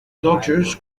dodgers